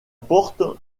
porte